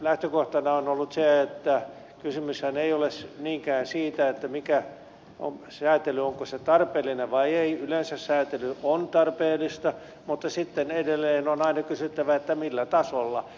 lähtökohtana on ollut se että kysymyshän ei ole niinkään siitä onko se säätely tarpeellista vai ei yleensä säätely on tarpeellista vaan sitten edelleen on aina kysyttävä millä tasolla